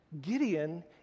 Gideon